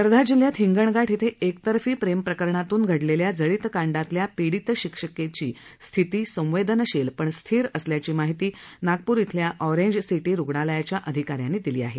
वर्धा जिल्ह्यात हिंगणघाट इथं एकतर्फी प्रेमप्रकरणातून घडलेल्या जळीतकांडातल्या पिडीत शिक्षेकेची स्थिती संवेदनशील पण स्थीर असल्याची माहिती नागपूर इथल्या ऑरेंज सिटी रुग्णालयाच्या अधिकाऱ्यांनी दिली आहे